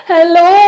Hello